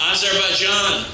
Azerbaijan